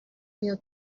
میاد